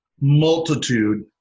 multitude